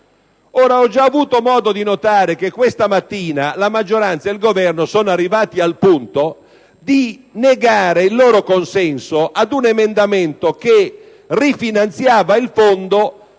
Ho già avuto modo di notare che questa mattina la maggioranza e il Governo sono arrivati al punto di negare il loro consenso ad un emendamento che rifinanziava il fondo